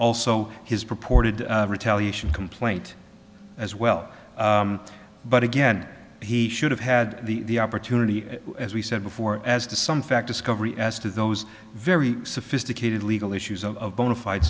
also his purported retaliation complaint as well but again he should have had the opportunity as we said before as to some fact discovery as to those very sophisticated legal issues of bonafide